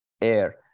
air